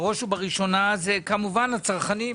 בראש ובראשונה אלה כמובן הצרכנים.